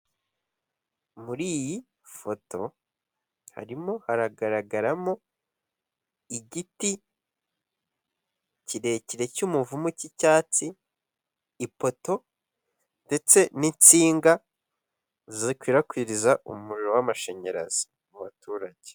Muri iyi foto harimo hagaragaramo igiti kirekire cy'umuvumu cy'icyatsi, ipoto ndetse n'insinga, zikwirakwiza umuriro w'amashanyarazi mu baturage.